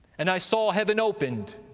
and i saw heaven opened,